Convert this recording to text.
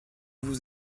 vous